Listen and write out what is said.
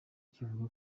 kivuga